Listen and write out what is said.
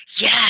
Yes